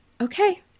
okay